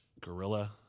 Gorilla